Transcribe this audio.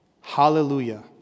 Hallelujah